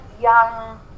young